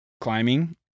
climbing